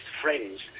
friends